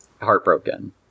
Heartbroken